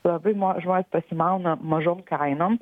labai mo žmonės pasimauna mažom kainom